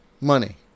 money